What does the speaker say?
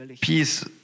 peace